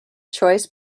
choice